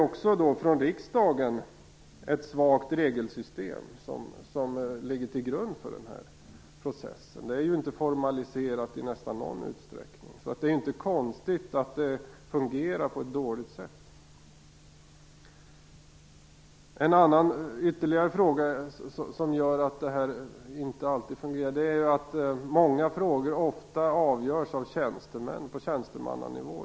Riksdagen har ett svagt regelsystem som ligger till grund för denna process. Det är knappast formaliserat i någon utsträckning, och det är alltså inte konstigt att det hela fungerar på ett dåligt sätt. En ytterligare sak som gör att det inte fungerar är att många frågor avgörs på tjänstemannanivå i EU sammanhang.